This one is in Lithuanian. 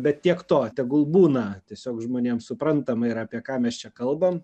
bet tiek to tegul būna tiesiog žmonėm suprantama ir apie ką mes čia kalbam